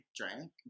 drank